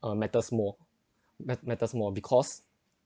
uh matters more mat~ matters more because